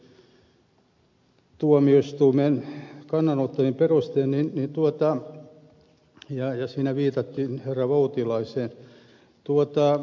toinen asia on kritiikki ihmisoikeustuomioistuimen kannanottojen perusteella ja siinä viitattiin herra voutilaiseen